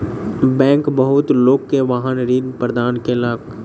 bank बहुत लोक के वाहन ऋण प्रदान केलक